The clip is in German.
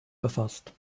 verfasst